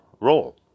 role